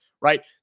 right